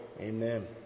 amen